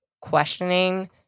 questioning